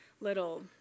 little